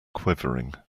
quivering